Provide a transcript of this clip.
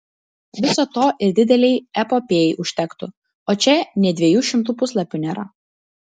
viso to ir didelei epopėjai užtektų o čia nė dviejų šimtų puslapių nėra